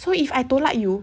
so if I tolak you